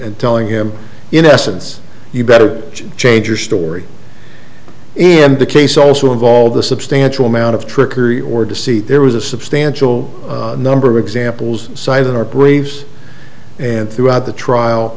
and telling him in essence you better change your story and the case also involved a substantial amount of trickery or deceit there was a substantial number of examples cited in our braves and throughout t